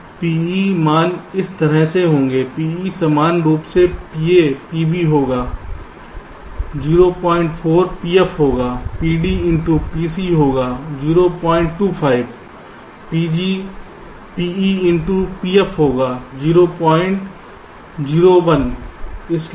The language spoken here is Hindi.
अब PE मान इस तरह से होंगे PE समान रूप से PA PB होगा 04 PF होगा PD इन टू PC होगा 025 PG PE into PF होगा 001 होगा